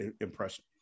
impression